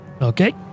Okay